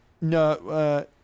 No